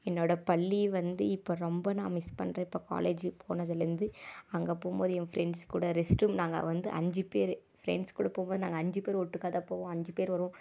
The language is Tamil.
என்னோடய பள்ளி வந்து இப்போ ரொம்ப நான் மிஸ் பண்ணுறேன் இப்போ காலேஜூ போனதுலேந்து அங்கேப் போகும்போது என் ஃப்ரெண்ட்ஸ் கூட ரெஸ்ட் ரூம் நாங்கள் வந்து அஞ்சுப் பேர் ஃப்ரெண்ட்ஸ் கூட போகும்போது நாங்கள் அஞ்சுப் பேர் ஒட்டுக்காதான் போவோம் அஞ்சுப் பேர் வருவோம்